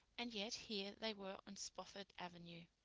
and yet here they were on spofford avenue!